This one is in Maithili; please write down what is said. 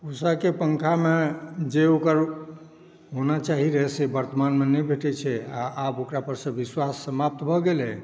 उषाके पंखामे जे ओकर होना चाही रहै से वर्तमानमे नहि भेटै छै आओर आब ओकरा पर से विश्वास समाप्त भऽ गेल अइ